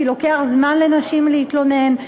כי לוקח זמן לנשים להתלונן,